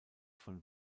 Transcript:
von